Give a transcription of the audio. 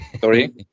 Sorry